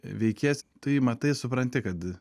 veikėjas tu jį matai supranti kad